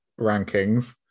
rankings